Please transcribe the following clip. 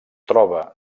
troba